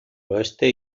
oeste